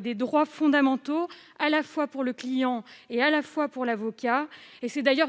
des droits fondamentaux, à la fois pour le client et pour l'avocat, qui est d'ailleurs